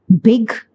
Big